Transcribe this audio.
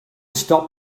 stop